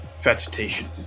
vegetation